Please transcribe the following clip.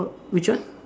which one